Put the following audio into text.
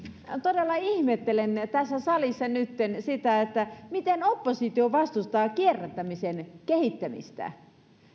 todella ihmettelen tässä salissa nytten sitä miten oppositio vastustaa kierrättämisen kehittämistä